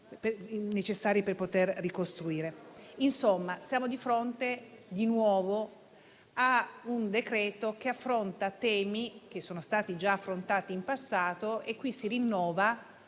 necessari per poter ricostruire. Insomma, siamo di fronte, di nuovo, a un decreto che affronta temi che sono stati già affrontati in passato e si rinnova,